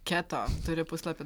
keto turi puslapį